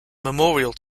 memorial